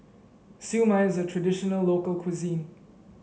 Siew Mai is a traditional local cuisine